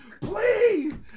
please